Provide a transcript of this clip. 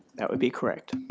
that would be correct.